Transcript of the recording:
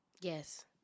Yes